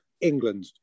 England